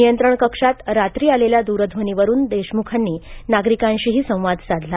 नियंत्रण कक्षात रात्री आलेल्या द्रध्वनीवरून देशमुखांनी नागरिकांशीही संवाद साधला